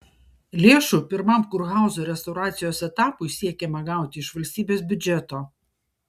lėšų pirmam kurhauzo restauracijos etapui siekiama gauti iš valstybės biudžeto